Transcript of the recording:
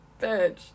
bitch